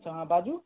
अच्छा हँ बाजू